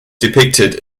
depicted